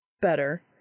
Better